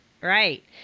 Right